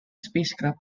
spacecraft